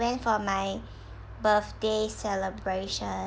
went for my birthday celebration